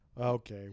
okay